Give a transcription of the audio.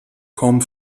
kaum